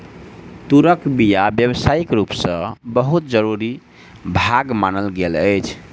तूरक बीया व्यावसायिक रूप सॅ बहुत जरूरी भाग मानल गेल अछि